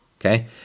okay